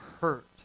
hurt